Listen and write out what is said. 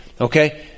Okay